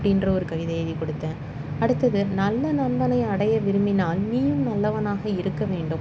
அப்படின்ற ஒரு கவிதை எழுதிக் கொடுத்தேன் அடுத்தது நல்ல நண்பனை அடைய விரும்பினால் நீ நல்லவனாக இருக்க வேண்டும்